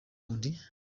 undi